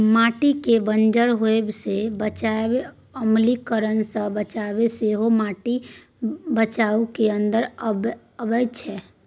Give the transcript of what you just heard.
माटिकेँ बंजर होएब सँ बचाएब, अम्लीकरण सँ बचाएब सेहो माटिक बचाउ केर अंदर अबैत छै